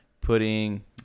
putting